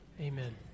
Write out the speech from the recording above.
amen